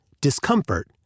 discomfort